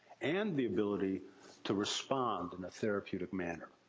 and the ability to respond in a therapeutic manner.